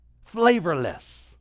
flavorless